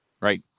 right